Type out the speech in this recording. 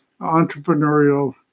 entrepreneurial